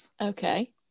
Okay